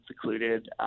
secluded